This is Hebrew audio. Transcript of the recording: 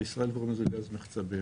בישראל קוראים לזה גז מחצבים.